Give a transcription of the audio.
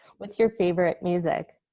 what's your favorite music?